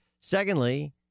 Secondly